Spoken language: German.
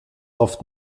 oft